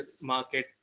market